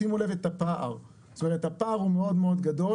שימו לב לפער, זאת אומרת הפער הוא מאוד מאוד גדול,